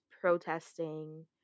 protesting